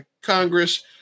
Congress